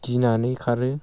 गिनानै खारो